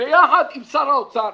ויחד עם שר האוצר,